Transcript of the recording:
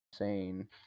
insane